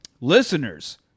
Listeners